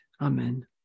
Amen